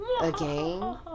again